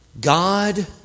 God